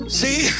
see